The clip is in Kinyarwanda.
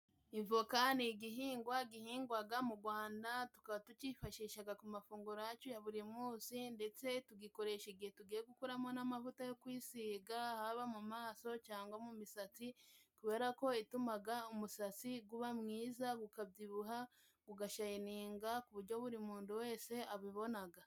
Ivoka ni igihingwa gihingwaga mu Gwanda. Tukaba tucyifashishaga ku mafunguro yacu ya buri munsi, ndetse tugikoresha igihe tugiye gukuramo n'amavuta yo kwisiga haba mu maso, cyangwa mu misatsi, kubera ko itumaga umusatsi guba mwiza ukabyibuhisha gugashayininga ku buryo buri muntu wese abibonaga.